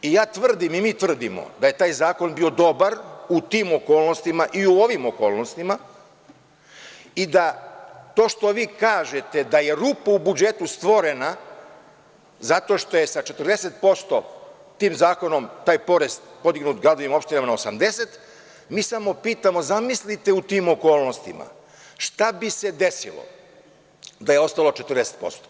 Ja tvrdim i mi tvrdimo da je taj zakon bio dobar u tim okolnostima i u ovim okolnostima i da to što vi kažete da je rupa u budžetu stvorena zato što je sa 40% tim zakonom taj porez podignut gradovima i opštinama na 80, mi samo pitamo - zamislite u tim okolnostima šta bi se desilo da je ostalo 40%